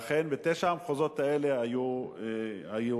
ואכן, בתשעת המחוזות האלה היו בחירות.